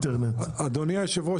אדוני היו"ר,